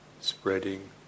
spreading